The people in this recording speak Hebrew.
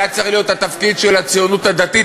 זה היה צריך להיות התפקיד של הציונות הדתית,